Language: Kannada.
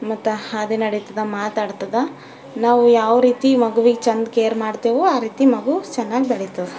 ಮತ್ತು ಹಾದಿ ನಡೀತದೆ ಮಾತಾಡ್ತದೆ ನಾವು ಯಾವ ರೀತಿ ಮಗುವಿಗೆ ಚೆಂದ ಕೇರ್ ಮಾಡ್ತೇವೋ ಆ ರೀತಿ ಮಗು ಚೆನ್ನಾಗಿ ಬೆಳೀತದೆ